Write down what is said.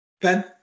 Ben